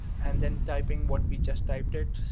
and then typing what we just typed it.